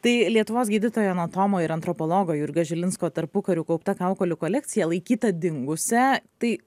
tai lietuvos gydytojo anotomo ir antropologo jurgio žilinsko tarpukariu kaupta kaukolių kolekcija laikyta dingusia tai